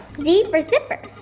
z for zipper.